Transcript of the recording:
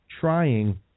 trying